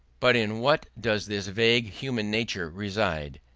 but in what does this vague human nature reside,